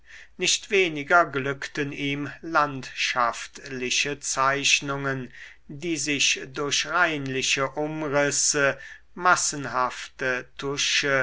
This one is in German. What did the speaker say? nicht weniger glückten ihm landschaftliche zeichnungen die sich durch reinliche umrisse massenhafte tusche